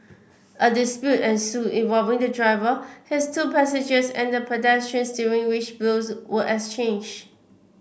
a dispute ensued involving the driver his two passengers and pedestrians during which blows were exchanged